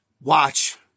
Watch